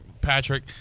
patrick